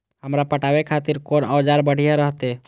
हमरा पटावे खातिर कोन औजार बढ़िया रहते?